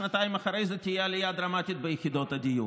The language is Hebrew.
שנתיים אחרי זה תהיה עלייה דרמטית במחיר הדיור.